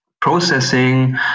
processing